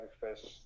first